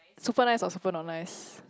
super nice or super not nice